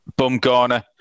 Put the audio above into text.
Bumgarner